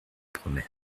promesse